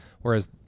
whereas